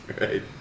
right